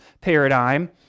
paradigm